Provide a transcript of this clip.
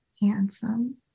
handsome